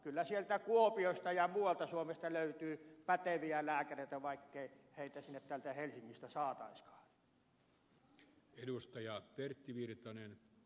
kyllä sieltä kuopiosta ja muualta suomesta löytyy päteviä lääkäreitä vaikkei heitä sinne täältä helsingistä saataisikaan